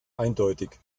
eindeutig